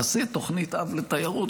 תעשה תוכנית-אב לתיירות,